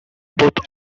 both